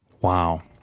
Wow